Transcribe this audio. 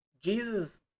jesus